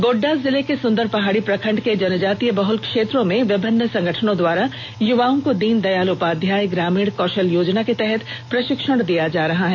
गोड़डा जिले के सुंदरपहाड़ी प्रखंड के जनजातीय बहल क्षेत्रों में विभिन्न संगठनों द्वारा युवाओं को दीनदयाल उपाध्याय ग्रामीण कौषल योजना के तहत प्रषिक्षण दिया जा रहा है